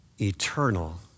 Eternal